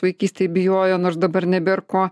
vaikystėj bijojo nors dabar nebėr ko